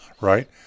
right